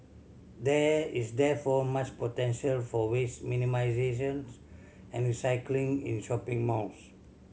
there is therefore much potential for waste minimisation and recycling in shopping malls